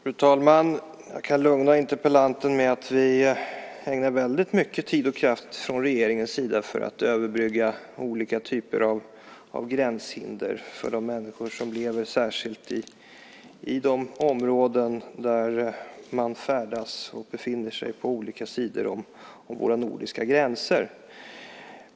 Fru talman! Jag kan lugna interpellanten med att vi från regeringens sida ägnar mycket tid och kraft åt att överbrygga olika typer av gränshinder, särskilt för de människor som lever i de områden där man färdas och befinner sig på olika sidor om våra nordiska gränser.